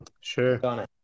sure